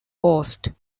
coast